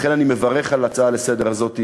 לכן, אני מברך על ההצעה לסדר-היום הזאת.